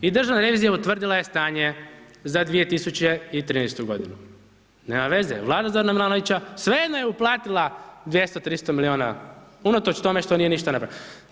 I državna revizija utvrdila je stanje za 2013. godinu, nema veze, vlada Zorana Milanovića svejedno je uplatila 200, 300 miliona unatoč tome što nije ništa napravljeno.